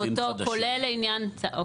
אותו כולל לעניין --- גופים חדשים.